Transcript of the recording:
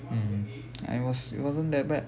mm and it was it wasn't that bad